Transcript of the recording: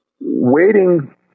waiting